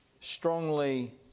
strongly